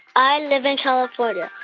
i live in california.